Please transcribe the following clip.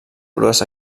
crues